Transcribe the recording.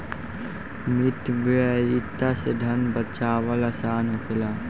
मितव्ययिता से धन बाचावल आसान होखेला